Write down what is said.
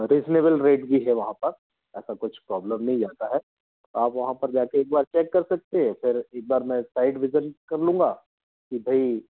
reasonable rate भी है वहाँ पर ऐसा कुछ प्रॉब्लम नहीं जाती है आप वहाँ पर जा कर एक बार चैक कर सकते हैं सर एक बार मैं साईट विजन कर लूँगा कि भाई